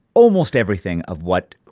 almost everything of what,